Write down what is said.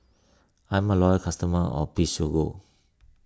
I'm a loyal customer of Physiogel